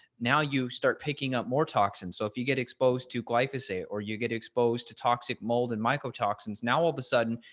now you start picking up more toxins. so if you get exposed to glyphosate or you get exposed to toxic mold and mycotoxins, now all of a sudden,